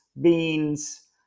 beans